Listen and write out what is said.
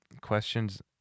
Questions